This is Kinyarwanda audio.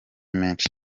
menshi